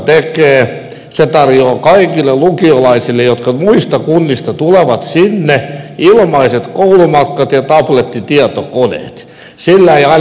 se tarjoaa kaikille lukiolaisille jotka muista kunnista tulevat sinne ilmaiset koulumatkat ja tablettitietokoneet